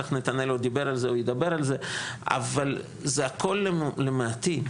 אבל זה הכל למעטים.